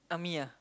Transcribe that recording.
army ah